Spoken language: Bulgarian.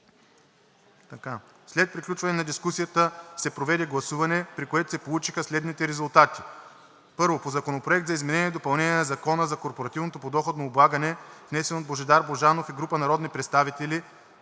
След приключване на дискусията се проведе гласуване, при което се получиха следните резултати: 1. По Законопроект за изменение и допълнение на Закона за корпоративното подоходно облагане, внесен от Божидар Божанов и група народни представители,